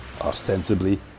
Ostensibly